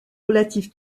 relative